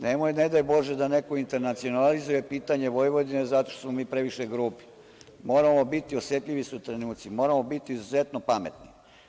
Ne daj Bože da neko internacionalizuje pitanje Vojvodine, zato što smo mi previše grubi, osetljivi su trenuci i moramo biti izuzetno pametni.